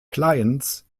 clients